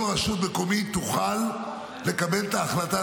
כל רשות מקומית תוכל לקבל את ההחלטה